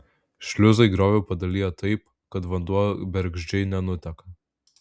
šliuzai griovį padalija taip kad vanduo bergždžiai nenuteka